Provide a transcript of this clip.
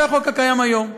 זה החוק הקיים היום.